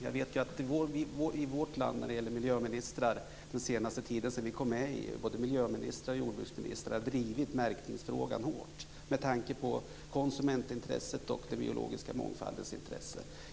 Jag vet ju att både miljöministrar och jordbruksministrar i vårt land sedan vi kom med i EU har drivit märkningsfrågan hårt med tanke på konsumentintresset och den biologiska mångfaldens intresse.